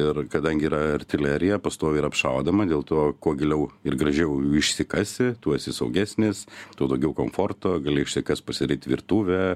ir kadangi yra artilerija pastoviai yra apšaudoma dėl to kuo giliau ir gražiau išsikasi tuo esi saugesnis tuo daugiau komforto gali kas pasidaryt virtuvę